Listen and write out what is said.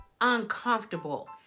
uncomfortable